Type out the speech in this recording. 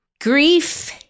Grief